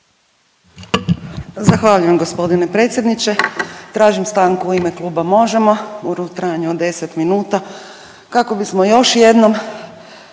Zahvaljujem gospodine predsjedniče. Tražim stanku u ime Kluba Možemo! u trajanju od 10 minuta, kako bismo još jednom